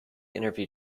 interview